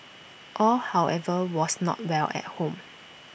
all however was not well at home